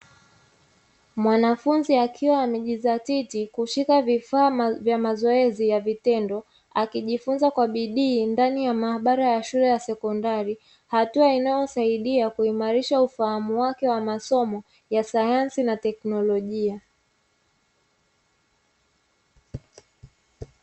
Mwanafunzi akiwa amejizatiti akishika vifaa